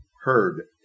heard